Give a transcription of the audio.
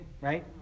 right